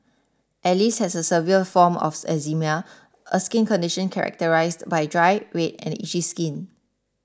Alice has a severe form of eczema a skin condition characterised by dry red and itchy skin